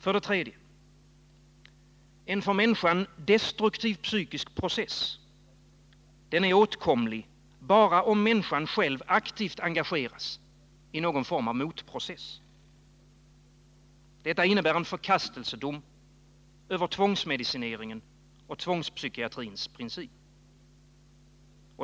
För det tredje: En för människan destruktiv psykisk process är åtkomlig bara om människan själv aktivt engageras i någon form av motprocess. Detta innebär en förkastelsedom över tvångsmedicineringen och tvångspsykiatrins princip.